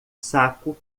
saco